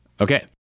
Okay